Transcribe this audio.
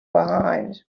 behind